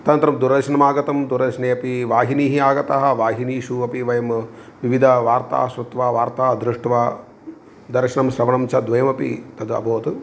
तदनन्तरं दूरर्शनम् आगतं दूरदर्शने अपि वाहिनीः आगताः वाहिनीषु अपि वयं विविधवार्ताः श्रुत्वा वार्ताः दृष्ट्वा दर्शनं स्रवणं च द्वयमपि तद् अभवत्